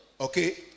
Okay